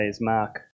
Mark